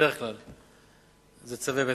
בדרך כלל זה צווי בית-משפט.